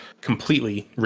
completely